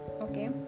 Okay